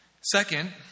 Second